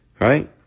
right